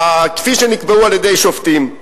כפי שנקבעו על-ידי שופטים.